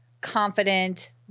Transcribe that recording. confident